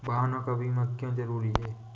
वाहनों का बीमा क्यो जरूरी है?